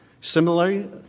Similarly